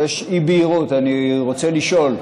יש אי-בהירות, אני רוצה לשאול.